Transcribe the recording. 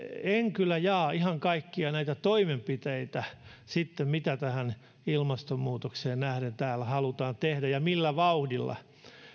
en kyllä jaa ihan kaikkia näitä toimenpiteitä mitä ilmastonmuutokseen nähden täällä halutaan tehdä ja millä vauhdilla